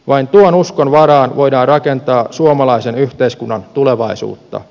vain tuon uskon varaan voidaan rakentaa suomalaisen yhteiskunnan tulevaisuutta